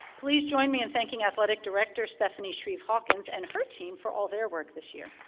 please join me in thanking athletic director stephanie shrieve-hawkins and her team for all their work this year.